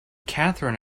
katherine